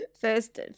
First